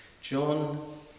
John